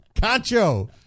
Concho